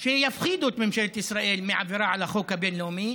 שיפחידו את ממשלת ישראל מעבירה על החוק הבין-לאומי,